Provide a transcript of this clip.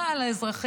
מה על אזרחים?